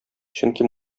чөнки